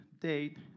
date